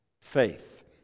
faith